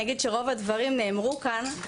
אני אגיד שרוב הדברים נאמרו כאן,